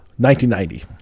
1990